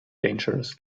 dangerous